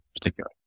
particular